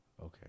Okay